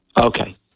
Okay